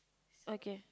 okay